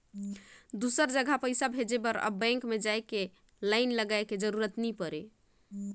दुसर जघा पइसा भेजे बर अब बेंक में जाए के लाईन लगाए के जरूरत नइ पुरे